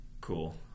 Cool